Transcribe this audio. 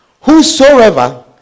whosoever